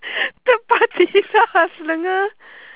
third party kau lah selenge